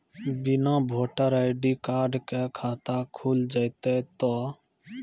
बिना voter ID card के खाता खुल जैते तो?